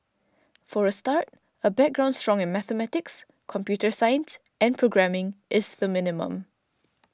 for a start a background strong in mathematics computer science and programming is the minimum